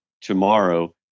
tomorrow